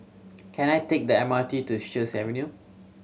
can I take the M R T to Sheares Avenue